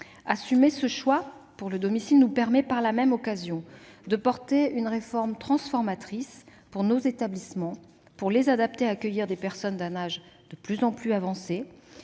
Assumer ce choix en faveur du domicile nous permet, par la même occasion, de porter une réforme transformatrice pour nos établissements, afin d'adapter ces derniers à l'accueil de personnes d'un âge de plus en plus avancé.